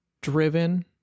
driven